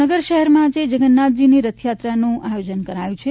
ભાવનગર શહેરમાં આજે જગન્નાથજીની રથયાત્રાનું આયોજન કરાયું છે